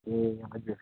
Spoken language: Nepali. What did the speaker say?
ए हजुर